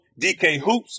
DKHOOPS